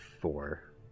four